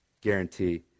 guarantee